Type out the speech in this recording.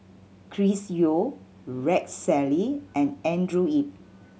Chris Yeo Rex Shelley and Andrew Yip